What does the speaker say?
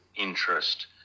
interest